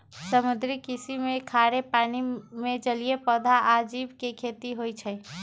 समुद्री कृषि में खारे पानी में जलीय पौधा आ जीव के खेती होई छई